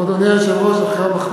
טוב, אדוני היושב-ראש, אחרי המחמאות,